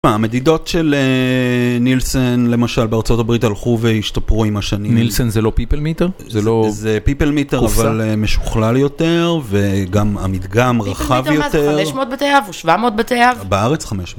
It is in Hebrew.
מה, המדידות של נילסן למשל בארצות הברית הלכו והשתפרו עם השנים. נילסן זה לא פיפל מיטר? זה פיפל מיטר אבל משוכלל יותר, וגם המדגם רחב יותר. פיפל מיטר מה זה, 500 בתי אב או 700 בתי אב? בארץ 500.